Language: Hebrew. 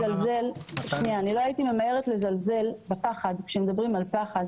בכל מקרה אני לא הייתי ממהרת לזלזל כשמדברים על פחד